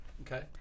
Okay